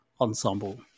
ensemble